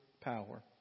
power